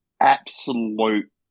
absolute